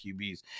QBs